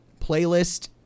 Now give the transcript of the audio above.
playlist